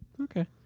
Okay